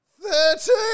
thirteen